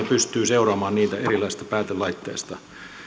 pystyy seuraamaan niitä erilaisista päätelaitteista